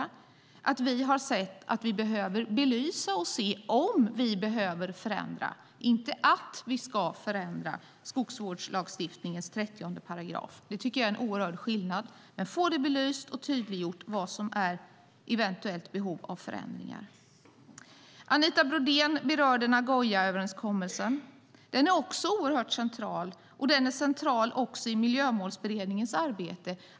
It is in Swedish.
Vi konstaterar, som någon tidigare har sagt, att vi behöver belysa detta och se om vi behöver förändra - inte att vi ska förändra - skogsvårdslagstiftningens 30 §. Det tycker jag är en oerhörd skillnad. Vi ska få belyst och tydliggjort vad som är i eventuellt behov av förändringar. Anita Brodén berörde Nagoyaöverenskommelsen. Den är också oerhört central, och den är central också i Miljömålsberedningens arbete.